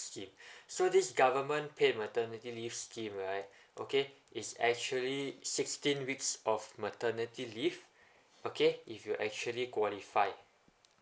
scheme so this government paid maternity leave scheme right okay it's actually is sixteen weeks of maternity leave okay if you actually qualify